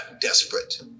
desperate